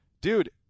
dude